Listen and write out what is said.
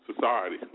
society